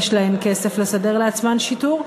יש להם כסף לסדר לעצמן שיטור,